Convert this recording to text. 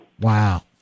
Wow